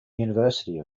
university